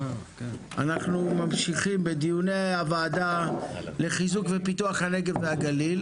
אנחנו ממשיכים בדיוני הוועדה לחיזוק ופיתוח הנגב והגליל,